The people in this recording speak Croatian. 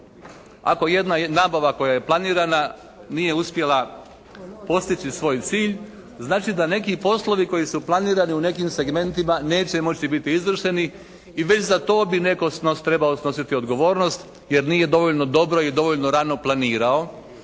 Ako jedna nabava koja je planirana nije uspjela postići svoj cilj znači da neki poslovi koji su planirani u nekim segmentima neće moći biti izvršeni i već za to bi netko trebao snositi odgovornost jer nije dovoljno dobro i dovoljno rano planirao